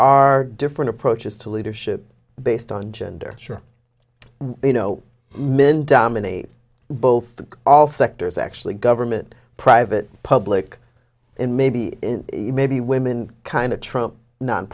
are different approaches to leadership based on gender sure you know men dominate both all sectors actually government private public in maybe in maybe women kind of trump